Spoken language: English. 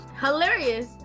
Hilarious